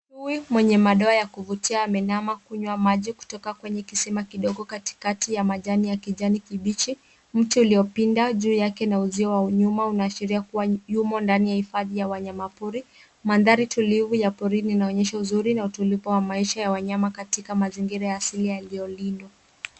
Chui mwenye madoa ya kuvutia ameinama kunywa maji kutoka kwenye kisima kidogo katikati ya majani ya kijani kibichi. Mti uliopinda juu yake na uzio wa nyuma unaashiria kuwa yumo ndani ya hifadhi wa wanyama pori. Mandhari tulivu ya porini inaonyesha uzuri na utulivu wa maisha ya wanyama katika mazingira ya asili yaliyolindwa.